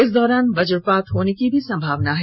इस दौरान वज्रपात होने की भी संभावना है